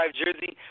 jersey